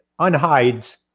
unhides